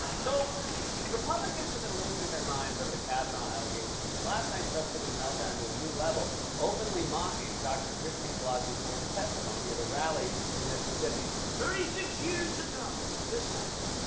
so republicans have and been losing their minds over the kavanaugh allegations, and last night, trump took his meltdown to a new level openly mocking dr. christine blasey ford's testimony at a rally in mississippi. thirty six years ago, this happened.